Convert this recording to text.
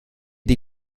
die